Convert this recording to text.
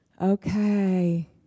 Okay